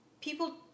people